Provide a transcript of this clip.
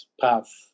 path